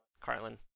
Carlin